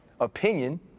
opinion